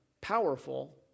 powerful